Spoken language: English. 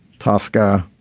tosca.